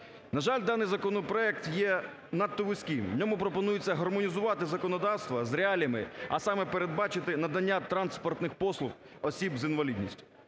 На жаль, даний законопроект є надто вузьким. В ньому пропонуються гармонізувати законодавство з реаліями, а саме: передбачити надання транспортних послуг осіб з інвалідністю.